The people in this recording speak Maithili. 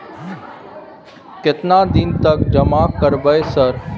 केतना दिन तक जमा करबै सर?